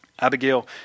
Abigail